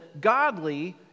godly